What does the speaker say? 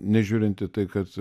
nežiūrint į tai kad